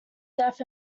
death